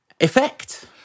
effect